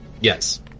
Yes